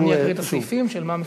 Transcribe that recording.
אדוני יקריא את הסעיפים של מה מפצלים?